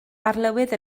arlywydd